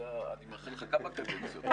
אני מאחל לך כמה קדנציות.